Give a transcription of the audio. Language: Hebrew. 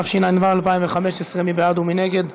התשע"ו 2015. מי בעד ומי נגד?